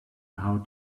how